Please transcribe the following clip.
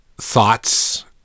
thoughts